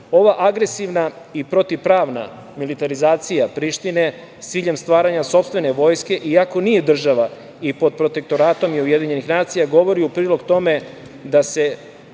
Ova agresivna i protivpravna militarizacija Prištine, s ciljem stvaranja sopstvene vojske iako nije država i pod protektoratom UN, govori u prilog tome da se